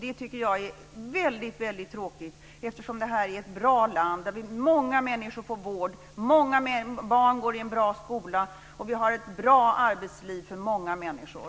Det tycker jag är väldigt tråkigt, eftersom detta är ett bra land där många människor får vård, där många barn går i en bra skola och där vi har ett bra arbetsliv för många människor.